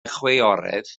chwiorydd